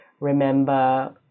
remember